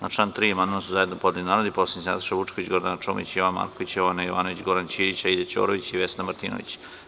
Na član 3. amandmane su zajedno podneli narodni poslanici Nataša Vučković, Gordana Čomić, Jovan Marković, Jovana Jovanović, Goran Ćirić, Aida Ćorović i Vesna Martinović.